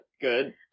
Good